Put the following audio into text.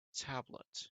tablet